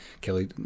Kelly